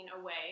away